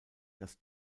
dass